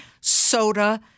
soda